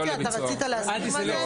אתה רצית להסביר מה זה?